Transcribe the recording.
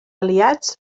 aliats